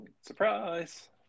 Surprise